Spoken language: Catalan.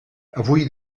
avui